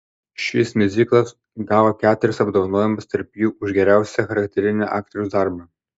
šis miuziklas gavo keturis apdovanojimus tarp jų už geriausią charakterinio aktoriaus darbą